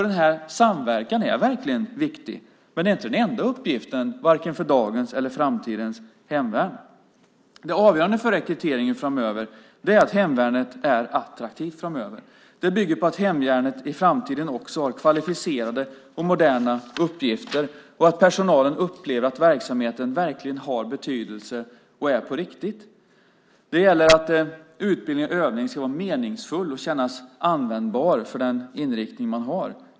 Denna samverkan är verkligen viktig. Men det är inte den enda uppgiften varken för dagens eller framtidens hemvärn. Det avgörande för rekryteringen framöver är att hemvärnet är attraktivt framgent. Det bygger på att hemvärnet i framtiden också har kvalificerade och moderna uppgifter och att personalen upplever att verksamheten verkligen har betydelse och är på riktigt. Det gäller att utbildning och övning ska vara meningsfull och kännas användbar för den inriktning man har.